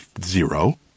zero